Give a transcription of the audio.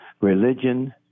religion